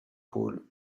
pole